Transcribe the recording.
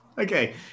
Okay